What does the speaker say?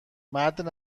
مرد